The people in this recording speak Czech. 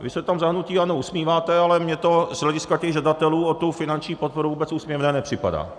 Vy se tam za hnutí ANO usmíváte, ale mně to z hlediska žadatelů o finanční podporu vůbec úsměvné nepřipadá.